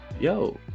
Yo